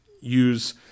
use